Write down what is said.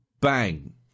bang